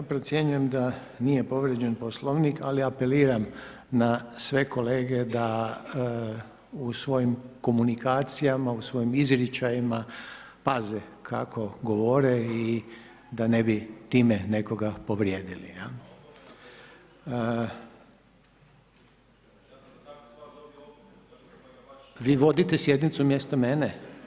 Ja procjenjujem da nije povrijeđen Poslovnik, ali apeliram na sve kolege da u svojim komunikacijama, u svojim izričajima paze kako govore i da ne bi time nekoga povrijedili jel. … [[Upadica se ne čuje]] Vi vodite sjednicu mjesto mene?